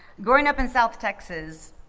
growing up in south texas,